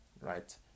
right